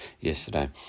yesterday